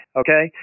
okay